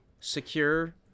secure